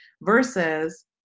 Versus